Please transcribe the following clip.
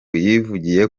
yivugiye